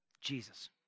Jesus